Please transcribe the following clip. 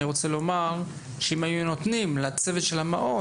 אני רוצה לומר שאם היינו נותנים לצוות של המעון,